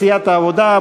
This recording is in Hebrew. של סיעת העבודה.